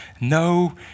no